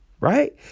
right